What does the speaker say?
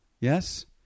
Yes